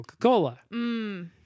Coca-Cola